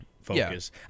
focus